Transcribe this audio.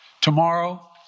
Tomorrow